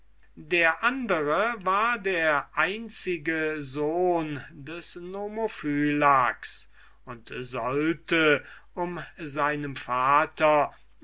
der andere war der einzige sohn des nomophylax und sollte um seinem vater